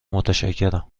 متشکرم